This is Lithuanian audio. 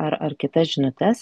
ar ar kitas žinutes